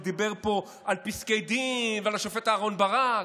והוא דיבר פה על פסקי דין ועל השופט אהרן ברק,